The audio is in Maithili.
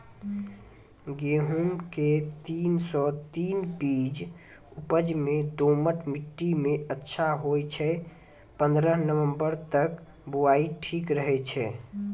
गेहूँम के तीन सौ तीन बीज उपज मे दोमट मिट्टी मे अच्छा होय छै, पन्द्रह नवंबर तक बुआई ठीक रहै छै